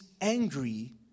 angry